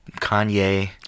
kanye